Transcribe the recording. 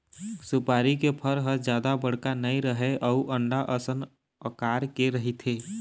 सुपारी के फर ह जादा बड़का नइ रहय अउ अंडा असन अकार के रहिथे